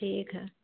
ठीक है